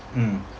mm